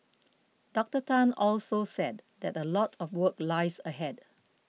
Doctor Tan also said that a lot of work lies ahead